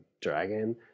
dragon